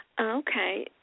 Okay